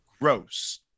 gross